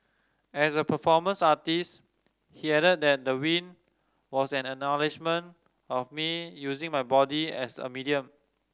as a performance artist he added that the win was an acknowledgement of me using my body as a medium